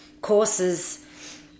courses